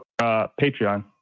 Patreon